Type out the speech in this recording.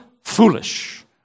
foolish